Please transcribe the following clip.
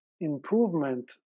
improvement